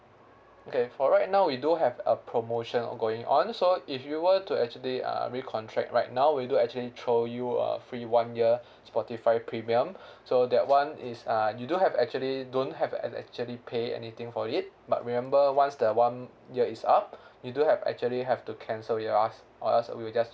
okay for right now we do have a promotion going on so if you were to actually uh recontract right now we do actually throw you a free one year spotify premium so that one is uh you do have actually don't have actually pay anything for it but remember once the one year is up you do have actually have to cancel with us or else we'll just